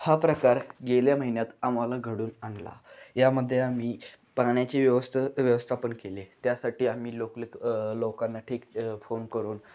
हा प्रकार गेल्या महिन्यात आम्हाला घडून आणला यामध्ये आम्ही पाण्याची व्यवस्था व्यवस्थापन केली आहे त्यासाठी आम्ही लोकले लोकांना ठीक फोन करून